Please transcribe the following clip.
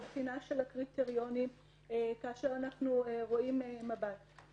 או בחינה של הקריטריונים כאשר אנחנו רואים מב"דים.